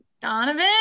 Donovan